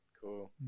Cool